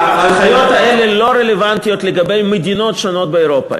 ההנחיות האלה לא רלוונטיות לגבי מדינות שונות באירופה,